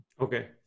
Okay